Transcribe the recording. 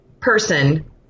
person